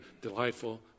delightful